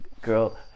girl